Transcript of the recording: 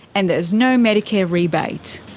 and there's no medicare rebate.